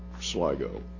Sligo